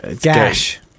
Gash